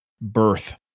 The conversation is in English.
birth